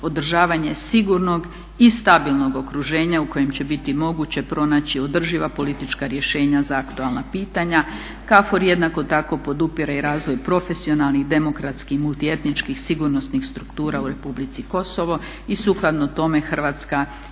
održavanje sigurnog i stabilnog okruženja u kojem će biti moguće pronaći održiva politička rješenja za aktualna pitanja. KFOR jednako tako podupire i razvoj profesionalnih, demokratskih, multietničkih, sigurnosnih struktura u Republici Kosovo i sukladno tome Hrvatska je svoju